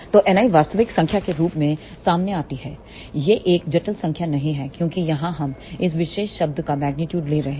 तो Ni वास्तविक संख्या के रूप में सामने आती है यह एक जटिल संख्या नहीं है क्योंकि यहां हम इस विशेष शब्द का मेग्नीट्यूड ले रहे हैं